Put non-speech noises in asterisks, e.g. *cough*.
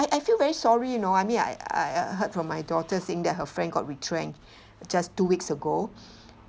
I I feel very sorry you know I mean I I heard from my daughter saying that her friend got retrenched just two weeks ago *breath*